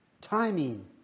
Timing